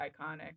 iconic